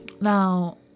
Now